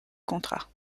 contrats